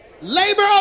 labor